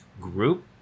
group